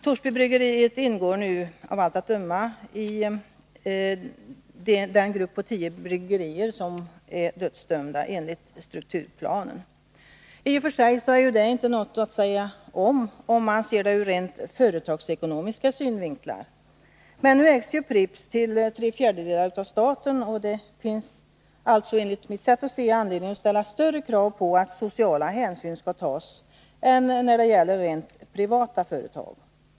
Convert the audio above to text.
Torsbybryggeriet ingår, av allt att döma, i den grupp om tio bryggerier som enligt strukturplanen är dödsdömd. I och för sig är det ingenting att säga om detta, om man ser det ur företagsekonomisk synvinkel. Men Pripps ägs ju till tre fjärdedelar av staten, och enligt mitt sätt att se finns det därför anledning att i det här fallet ställa större krav på att sociala hänsyn skall tas än när det gäller rent privata företag.